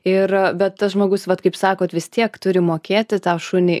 ir bet tas žmogus vat kaip sakot vis tiek turi mokėti tą šunį